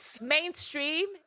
mainstream